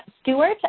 Stewart